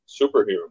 superhero